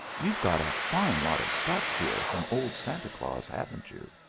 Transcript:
you've got a fine lot of stuff here from old santa claus, haven't you?